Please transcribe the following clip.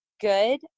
good